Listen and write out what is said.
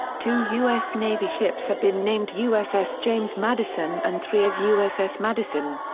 two u s. navy ships have been named uss james madison and three as uss madison.